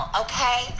Okay